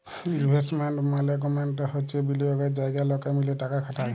investment মাল্যেগমেন্ট হচ্যে বিলিয়গের জায়গা লকে মিলে টাকা খাটায়